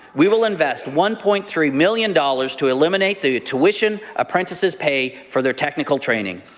we will invest one point three million dollars to eliminate the tuition apprentices pay for their technical training.